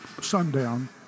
sundown